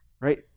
right